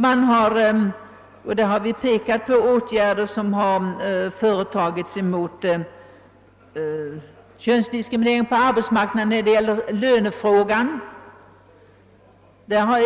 Vi har pekat på åtgärder som vidtagits mot könsdiskriminering när det gäller lönefrågan.